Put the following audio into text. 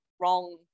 wrong